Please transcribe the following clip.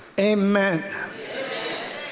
Amen